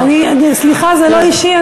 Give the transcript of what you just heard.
סליחה, זה לא אישי.